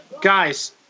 Guys